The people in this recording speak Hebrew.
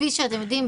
כפי שאתם יודעים,